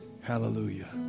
Hallelujah